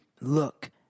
look